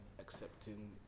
accepting